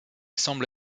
semble